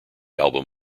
album